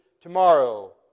tomorrow